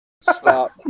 stop